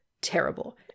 Terrible